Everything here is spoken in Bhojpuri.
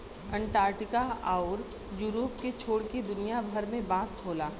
अंटार्टिका आउर यूरोप के छोड़ के दुनिया भर में बांस होला